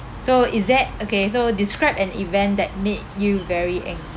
so is there okay so describe an event that made you very angry